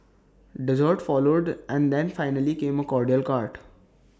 desserts followed and then finally came A cordial cart